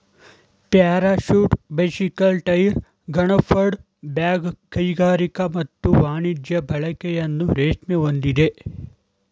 parachute bicycle tyre gunpowder bag ಕೈಗಾರಿಕಾ ಮತ್ತು ವಾಣಿಜ್ಯ ಬಳಕೆಯನ್ನು ರೇಷ್ಮೆ ಹೊಂದಿದೆ